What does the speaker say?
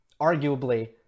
Arguably